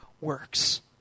works